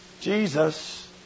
Jesus